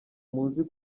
muzi